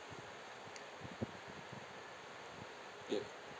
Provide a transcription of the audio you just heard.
ya